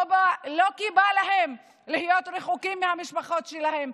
לא כי בא להם להיות רחוקים מהמשפחות שלהם,